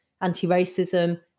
anti-racism